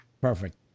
Perfect